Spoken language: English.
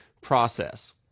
process